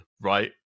right